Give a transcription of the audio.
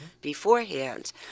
beforehand